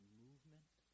movement